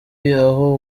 aho